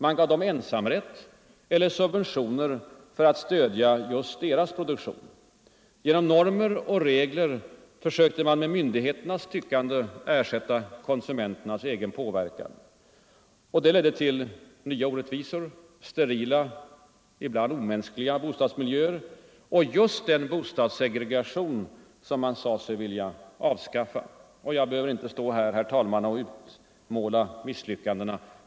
Man gav dem ensamrätt eller subventioner för att stödja just deras produktion. Genom normer och regler sökte man med myndighetstyckande ersätta konsumenternas egen påverkan. Det ledde till nya orättvisor, sterila ibland omänskliga bostadsmiljöer och just den bostadssegregation som man sade sig vilja avskaffa. Jag behöver inte stå här och måla ut misslyckandena.